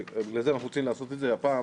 בגלל זה אנחנו רוצים לעשות את זה הפעם